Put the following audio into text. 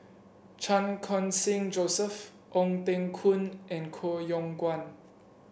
Chan Khun Sing Joseph Ong Teng Koon and Koh Yong Guan